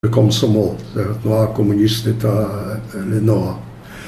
בקום סומו, תנועה קומוניסטית לנוער